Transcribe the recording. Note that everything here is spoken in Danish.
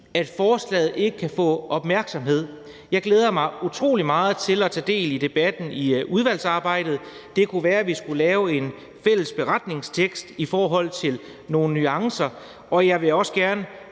at forslaget ikke kan få opmærksomhed. Jeg glæder mig utrolig meget til at tage del i debatten i udvalgsarbejdet, det kunne være, at vi skulle lave en fælles beretningstekst i forhold til nogle nuancer, og jeg vil også gerne